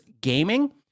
gaming